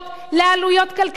לעלויות כלכליות,